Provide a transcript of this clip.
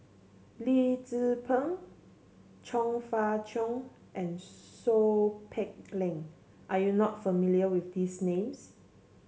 Lee Tzu Pheng Chong Fah Cheong and Seow Peck Leng are you not familiar with these names